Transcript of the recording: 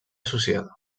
associada